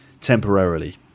temporarily